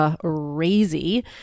crazy